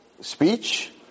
speech